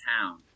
town